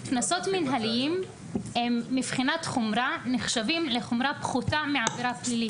קנסות מנהליים מבחינת חומרה נחשבים לחומרה פחותה מעבירה פלילית.